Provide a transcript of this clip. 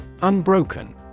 Unbroken